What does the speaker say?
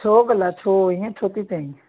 छो भला छो इअं छो थी चवे